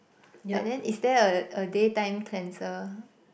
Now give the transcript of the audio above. but then is there a a day time cleanser